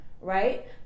right